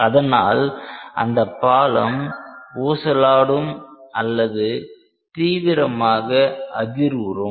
அதனால் அந்த பாலம் ஊசலாடும் அல்லது தீவிரமாக அதிர்வுறும்